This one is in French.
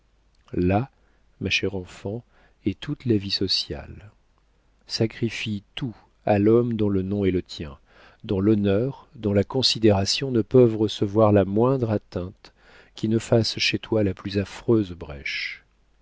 là ma chère enfant est toute la vie sociale sacrifie tout à l'homme dont le nom est le tien dont l'honneur dont la considération ne peuvent recevoir la moindre atteinte qui ne fasse chez toi la plus affreuse